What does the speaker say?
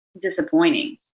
disappointing